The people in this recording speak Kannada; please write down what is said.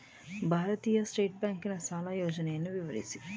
ಭಾರತೀಯ ಸ್ಟೇಟ್ ಬ್ಯಾಂಕಿನ ಸಾಲ ಯೋಜನೆಯನ್ನು ವಿವರಿಸಿ?